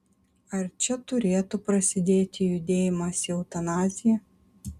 ar čia turėtų prasidėti judėjimas į eutanaziją